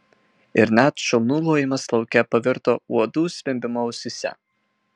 ir net šunų lojimas lauke pavirto uodų zvimbimu ausyse